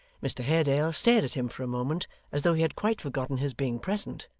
mr haredale stared at him for a moment as though he had quite forgotten his being present,